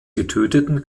getöteten